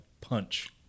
punch